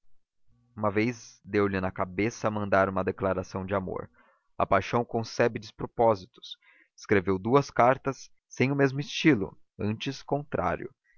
uma vez deu-lhe na cabeça mandar uma declaração de amor paixão concebe despropósitos escreveu duas cartas sem o mesmo estilo antes contrário